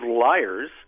liars